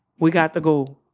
we got to go.